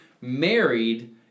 married